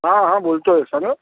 हां हां बोलतो आहे सांगा